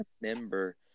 remember